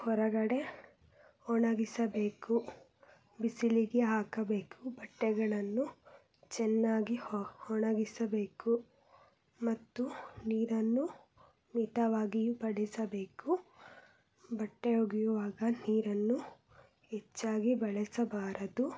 ಹೊರಗಡೆ ಒಣಗಿಸಬೇಕು ಬಿಸಿಲಿಗೆ ಹಾಕಬೇಕು ಬಟ್ಟೆಗಳನ್ನು ಚೆನ್ನಾಗಿ ಒಣಗಿಸಬೇಕು ಮತ್ತು ನೀರನ್ನು ಮಿತವಾಗಿಯೂ ಬಳಸಬೇಕು ಬಟ್ಟೆ ಒಗೆಯುವಾಗ ನೀರನ್ನು ಹೆಚ್ಚಾಗಿ ಬಳಸಬಾರದು